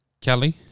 Kelly